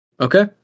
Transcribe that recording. Okay